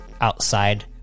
outside